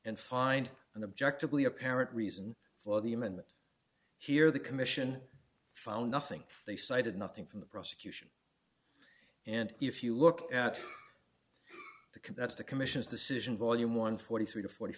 and find an objective lee apparent reason for the amendment here the commission found nothing they cited nothing from the prosecution and if you look at the can that's the commission's decision volume one forty three to forty